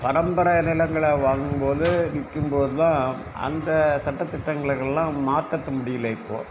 பரம்பரை நிலங்களை வாங்கும்போது விற்கும்போது தான் அந்த சட்டத் திட்டங்களுக்கெல்லாம் மாற்றதுக்கு முடியல இப்போது